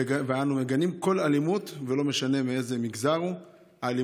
אנו מגנים כל אלימות, לא משנה מאיזה מגזר היא.